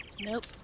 nope